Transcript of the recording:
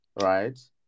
right